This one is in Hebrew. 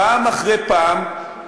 פעם אחרי פעם,